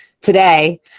today